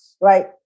right